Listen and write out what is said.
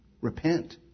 repent